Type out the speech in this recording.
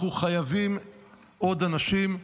אנחנו חייבים עוד אנשים,